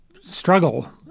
struggle